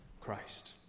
Christ